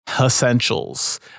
essentials